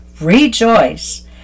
rejoice